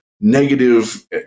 negative